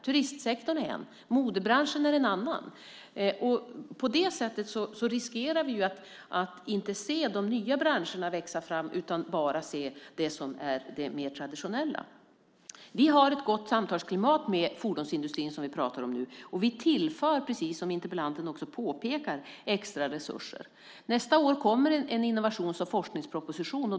Turistsektorn är en sådan bransch, modebranschen är en annan. På det sättet riskerar vi att inte se de nya branscherna växa fram utan bara se de mer traditionella. Vi har ett gott samtalsklimat med fordonsindustrin, som vi talar om nu. Vi tillför, precis som interpellanten också påpekar, extra resurser. Nästa år kommer en innovations och forskningsproposition.